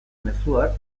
mezuak